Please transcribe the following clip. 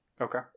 Okay